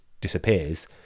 disappears